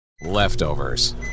Leftovers